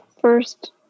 first